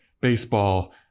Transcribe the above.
Baseball